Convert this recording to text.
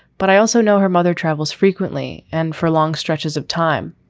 but i also know her mother travels frequently and for long stretches of time.